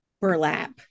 burlap